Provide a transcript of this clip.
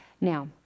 Now